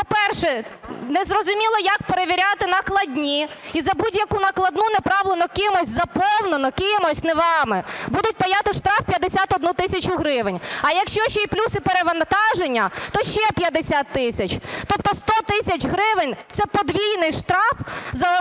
по-перше, не зрозуміло як перевіряти накладні і за будь-яку накладну направлено, кимось заповнено, кимось, не вами будуть паяти штраф 51 тисячу гривень, а, якщо ще й плюс перенавантаження, то ще 50 тисяч. Тобто 100 тисяч гривень – це подвійний штраф за одне